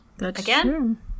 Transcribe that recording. Again